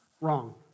Wrong